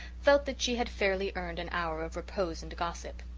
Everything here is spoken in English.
felt that she had fairly earned an hour of repose and gossip.